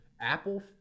apple